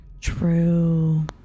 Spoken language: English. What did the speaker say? True